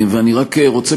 ואני רק רוצה,